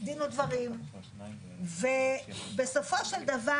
אני מבקשת שתקשיבו כולכם כי בסופו של דבר